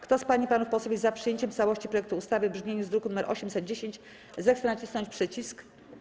Kto z pań i panów posłów jest za przyjęciem w całości projektu ustawy w brzmieniu z druku nr 810, zechce nacisnąć przycisk.